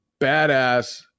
badass